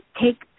take